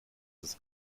ist